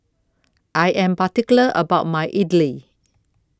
I Am particular about My Idly